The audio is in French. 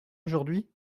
aujourd’hui